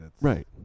Right